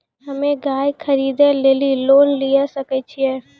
हम्मे गाय खरीदे लेली लोन लिये सकय छियै?